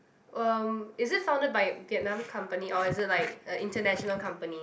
um is it founded by Vietnam company or is it like a international company